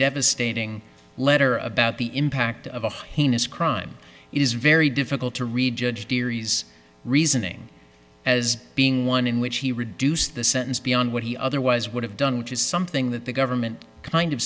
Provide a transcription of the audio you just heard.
devastating letter about the impact of a heinous crime is very difficult to read judge theories reasoning as being one in which he reduce the sentence beyond what he otherwise would have done which is something that the government kind of